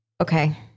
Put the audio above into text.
Okay